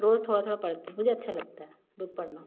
रोज़ थोड़ा थोड़ा पढ़ती हूँ मुझे अच्छा लगता है बुक पढ़ना